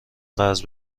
قرض